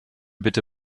bitte